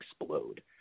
explode